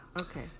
Okay